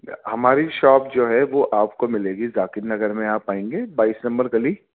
ہماری شوپ جو ہے وہ آپ کو ملے گی ذاکر نگر میں آپ ئیں گے بائیس نمبر گلی